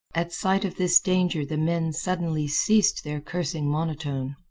at sight of this danger the men suddenly ceased their cursing monotone.